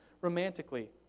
romantically